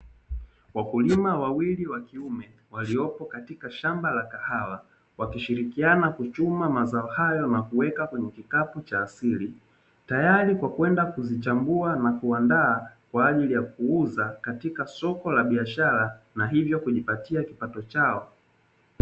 Wakulima wawili wakiume, waliopo katika shamba la kahawa, wakishirikiana kuchuma mazao hayo na kuweka kwenye kikapu cha asili, tayari kwa kwenda kuzichambua na kuandaa kwa ajili ya kuuza katika soko la biashara na hivyo kujipatia kipato chao.